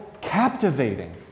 captivating